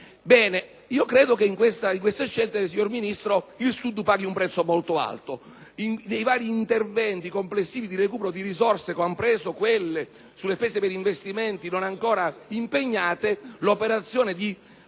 Ebbene, io credo che in queste scelte, signor Ministro, il Sud paghi un prezzo molto alto. Nei vari interventi complessivi di recupero delle risorse, compreso quello sulle risorse stanziate per investimenti non ancora impegnate, l'operazione di